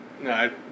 No